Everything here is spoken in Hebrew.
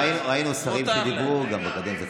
ראינו שרים שדיברו גם בקדנציה הקודמת.